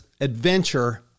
adventure